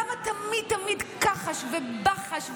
למה תמיד תמיד כחש ובחש,